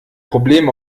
problem